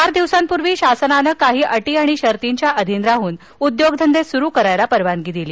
चार दिवसापूर्वी शासनानं काही अटी आणि शर्तींच्या अधीन राहन उद्योगधंदे सुरू करण्यास परवानगी दिली